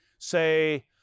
say